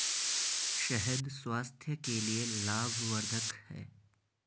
शहद स्वास्थ्य के लिए लाभवर्धक है